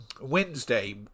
Wednesday